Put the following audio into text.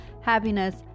happiness